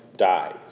dies